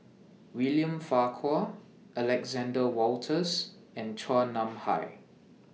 William Farquhar Alexander Wolters and Chua Nam Hai